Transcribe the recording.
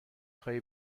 خواهی